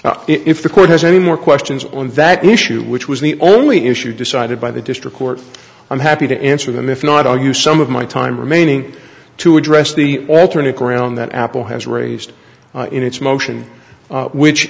apple if the court has any more questions on that issue which was the only issue decided by the district court i'm happy to answer them if not i'll use some of my time remaining to address the alternate ground that apple has raised in its motion which